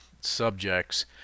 subjects